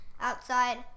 outside